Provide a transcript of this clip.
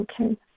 okay